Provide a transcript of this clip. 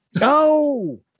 No